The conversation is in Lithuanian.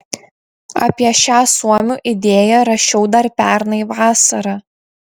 apie šią suomių idėją rašiau dar pernai vasarą